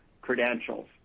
credentials